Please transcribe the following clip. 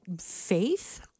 faith